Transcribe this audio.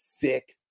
thick